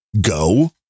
go